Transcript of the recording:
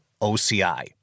OCI